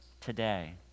today